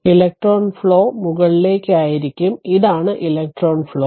അതിനാൽ electron flow മുകളിലേക്ക് ആയിരിക്കും ഇതാണ് ഇലക്ട്രോൺ ഫ്ലോ